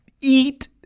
eat